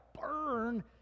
burn